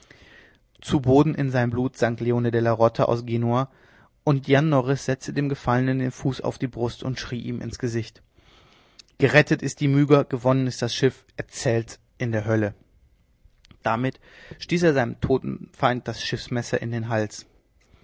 zu boden in sein blut sank leone della rota aus genua und jan norris setzte dem gefallenen den fuß auf die brust und schrie ihm ins gesicht gerettet ist die myga gewonnen ist das schiff erzähl's in der hölle damit stieß er seinem todfeind das schiffsmesser in den hals